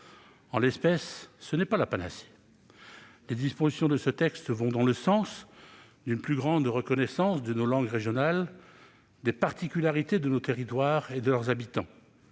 En l'espèce, ce n'est pas la panacée. Les dispositions de ce texte vont dans le sens d'une plus grande reconnaissance de nos langues régionales, des particularités de nos territoires et de leurs habitants.